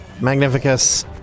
Magnificus